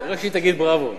רק שהיא תגיד בראבו.